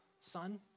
son